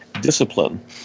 discipline